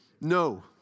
No